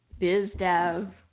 BizDev